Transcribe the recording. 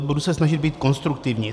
Budu se snažit, být konstruktivní.